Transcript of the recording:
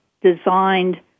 designed